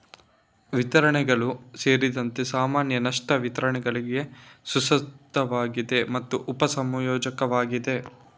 ವಿತರಣೆಗಳು ಸೇರಿದಂತೆ ಸಾಮಾನ್ಯ ನಷ್ಟ ವಿತರಣೆಗಳಿಗೆ ಸುಸಂಬದ್ಧವಾಗಿದೆ ಮತ್ತು ಉಪ ಸಂಯೋಜಕವಾಗಿದೆ